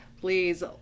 Please